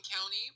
County